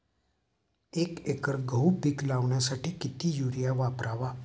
एक एकर गहू पीक लावण्यासाठी किती युरिया वापरावा?